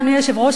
אדוני היושב-ראש,